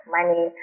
Money